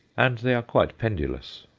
and they are quite pendulous.